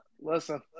listen